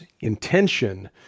intention